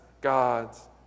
God's